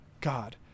God